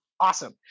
awesome